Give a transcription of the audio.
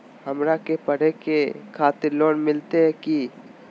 हमरा के पढ़े के खातिर लोन मिलते की?